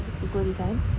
okay you go this [one]